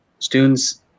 students